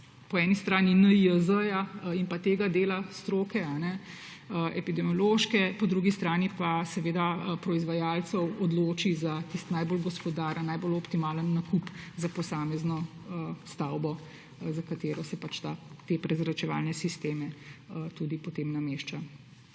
na eni strani NIJZ in tega dela epidemiološke stroke, na drugi strani pa proizvajalcev odloči za tisti najbolj gospodaren, najbolj optimalen nakup za posamezno stavbo, za katero se ti prezračevalni sistemi tudi potem nameščajo.